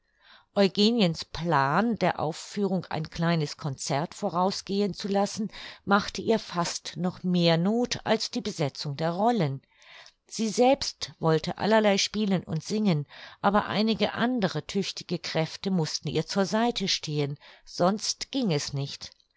eugeniens plan der aufführung ein kleines concert vorausgehen zu lassen machte ihr fast noch mehr noth als die besetzung der rollen sie selbst wollte allerlei spielen und singen aber einige andere tüchtige kräfte mußten ihr zur seite stehen sonst ging es nicht